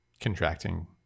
contracting